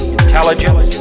intelligence